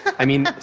i mean,